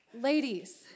Ladies